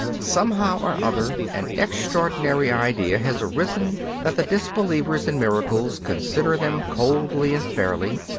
somehow or other an extraordinary idea has arisen that the disbelievers in miracles consider them coldly and fairly,